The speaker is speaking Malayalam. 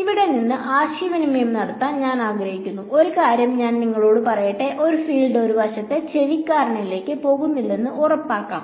ഇവിടെ നിന്ന് ആശയവിനിമയം നടത്താൻ ഞാൻ ആഗ്രഹിക്കുന്നു ആ കാര്യം ഞങ്ങളോട് പറയട്ടെ ഒരു ഫീൽഡ് ഒരു വശത്ത് ചെവിക്കാരനിലേക്ക് പോകുന്നില്ലെന്ന് ഉറപ്പാക്കാൻ